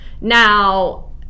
now